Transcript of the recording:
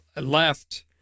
Left